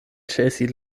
ĉesi